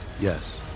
Yes